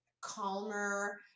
calmer